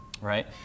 right